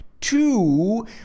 Two